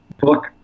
book